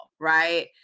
right